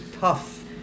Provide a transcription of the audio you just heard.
tough